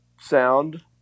sound